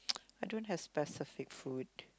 I don't have specific food